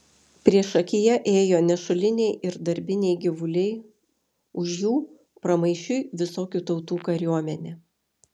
priešakyje ėjo nešuliniai ir darbiniai gyvuliai už jų pramaišiui visokių tautų kariuomenė